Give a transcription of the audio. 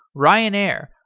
ryanair,